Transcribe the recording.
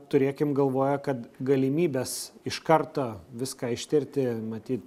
turėkim galvoje kad galimybės iš karto viską ištirti matyt